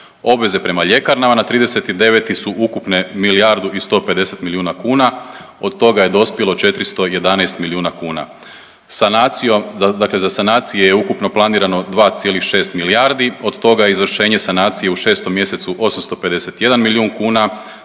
Obveze prema ljekarnama na 30.9. su ukupne milijardu i 150 milijuna kuna. Od toga je dospjelo 411 milijuna kuna. Sanacijom, dakle za sanacije je ukupno planirano 2,6 milijardi. Od toga izvršenje sanacije u 6 mjesecu 851 milijun kuna,